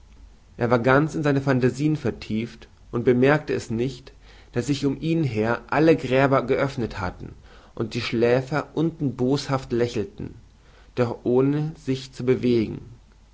er war ganz in seine phantasieen vertieft und bemerkte es nicht daß sich um ihn her alle gräber geöffnet hatten und die schläfer unten boshaft lächelten doch ohne sich zu bewegen